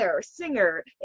singer